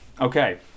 okay